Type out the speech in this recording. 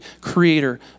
creator